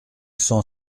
cent